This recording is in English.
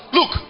Look